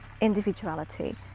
individuality